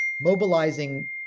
mobilizing